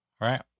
Right